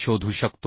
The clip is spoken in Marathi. शोधू शकतो